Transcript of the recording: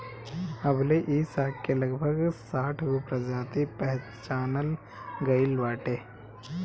अबले इ साग के लगभग साठगो प्रजाति पहचानल गइल बाटे